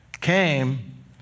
came